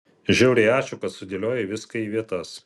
žiauriai ačiū kad sudėliojai viską į vietas